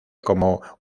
como